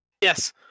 Yes